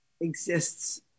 exists